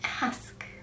ask